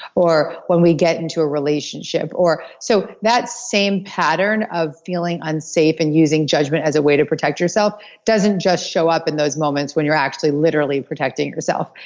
or when we get into a relationship. so that same pattern of feeling unsafe and using judgment as a way to protect yourself doesn't just show up in those moments when you're actually literally protecting yourself,